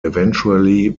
eventually